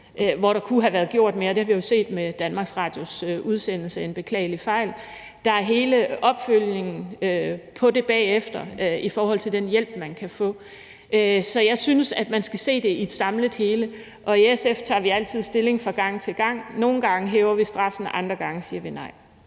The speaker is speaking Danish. hvor der kunne have været gjort mere. Det har vi jo set i Danmarks Radios udsendelse »En beklagelig fejl«, der handler om hele opfølgningen på det bagefter i forhold til den hjælp, man kan få. Så jeg synes, at man skal se det i et samlet hele. I SF tager vi altid stilling fra gang til gang. Nogle gange medvirker vi til at hæve straffen, andre gange siger vi nej.